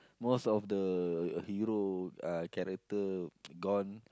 most of the hero uh character gone